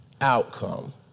outcome